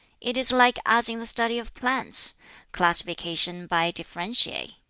it is like as in the study of plants classification by differentiae.